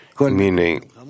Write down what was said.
Meaning